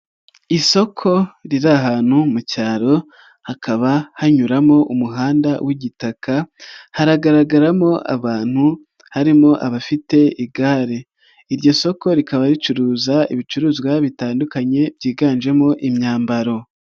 Isoko riri ahantu mu cyaro hakaba hanyuramo umuhanda w'igitaka, haragaragaramo abantu harimo abafite igare. Iryo soko rikaba ricuruza ibicuruzwa bitandukanye byiganjemo imyambaro.